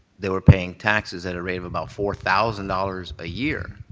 they were paying taxes at a rate of about four thousand dollars a year.